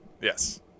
Yes